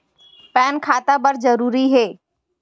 Pan खाता बर जरूरी हे?